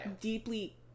deeply